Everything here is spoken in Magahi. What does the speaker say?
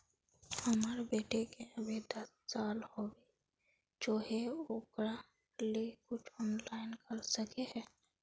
हमर बेटी के अभी दस साल होबे होचे ओकरा ले कुछ ऑनलाइन कर सके है?